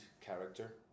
character